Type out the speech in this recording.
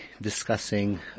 discussing